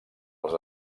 els